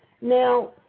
Now